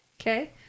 Okay